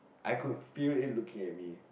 I could feel it looking at me